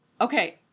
okay